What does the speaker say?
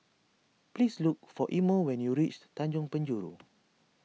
please look for Imo when you reach Tanjong Penjuru